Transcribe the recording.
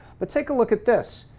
but take a look at this.